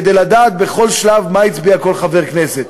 כדי לדעת בכל שלב מה הצביע כל חבר כנסת.